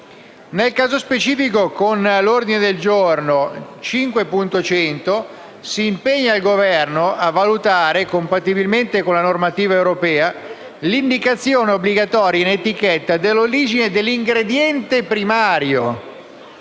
Nel caso specifico, con l'ordine del giorno G5.100 si impegna il Governo «a valutare, compatibilmente con la normativa europea, l'indicazione obbligatoria in etichetta dell'origine dell'ingrediente primario,